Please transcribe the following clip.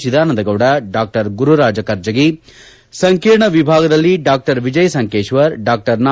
Chidananda Gowda Dr Gururaj Karjagi ಸಂಕೀರ್ಣ ವಿಭಾಗದಲ್ಲಿ Dr Vijay Sankeshwar Dr ನಾ